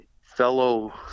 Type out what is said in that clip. fellow